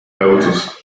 houses